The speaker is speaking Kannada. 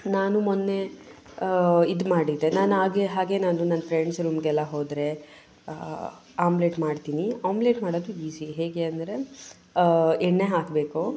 ನಾನು ಮೊನ್ನೆ ಇದು ಮಾಡಿದ್ದೆ ನಾನು ಹಾಗೇ ಹಾಗೇ ನಾನು ನನ್ನ ಫ್ರೆಂಡ್ಸ್ ರೂಮಿಗೆಲ್ಲ ಹೋದರೆ ಆಮ್ಲೇಟ್ ಮಾಡ್ತೀನಿ ಆಮ್ಲೇಟ್ ಮಾಡೋದು ಈಝಿ ಹೇಗೆ ಅಂದರೆ ಎಣ್ಣೆ ಹಾಕಬೇಕು